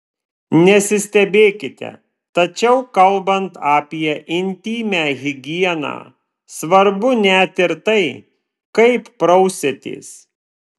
nesistebėkite tačiau kalbant apie intymią higieną svarbu net ir tai kaip prausiatės